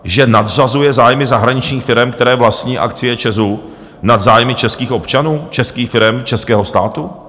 Že nadřazuje zájmy zahraničních firem, které vlastní akcie ČEZ, nad zájmy českých občanů, českých firem, českého státu.